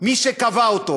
מי שקבע אותו,